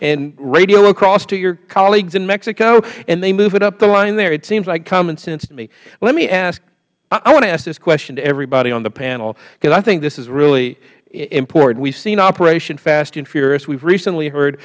and radio across to your colleagues in mexico and they move it up the line there it seems like common sense to me let me ask i want to ask this question to everybody on the panel because i think this is really important we've seen operation fast and furious we've recently heard